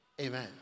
Amen